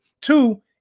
Two